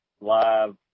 live